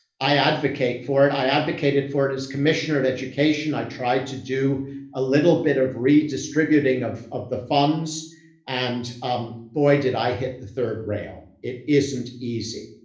i advocate for it. i advocated for it as commissioner of education. i tried to do a little bit of redistributing of, of the funds and um boy did i hit the third rail. it isn't easy,